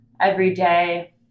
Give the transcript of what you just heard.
everyday